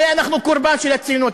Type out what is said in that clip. הרי אנחנו קורבן של הציונות,